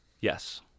Yes